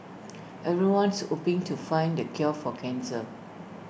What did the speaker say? everyone's hoping to find the cure for cancer